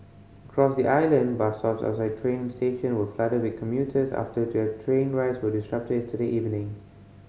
across the island bus stops outside train station were flooded with commuters after their train rides were disrupted yesterday evening